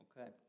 Okay